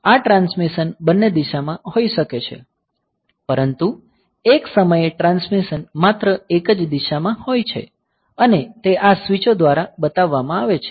આ ટ્રાન્સમિશન બંને દિશામાં હોઈ શકે છે પરંતુ એક સમયે ટ્રાન્સમિશન માત્ર એક જ દિશામાં હોય છે અને તે આ સ્વીચો દ્વારા બતાવવામાં આવે છે